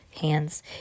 hands